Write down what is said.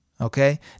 Okay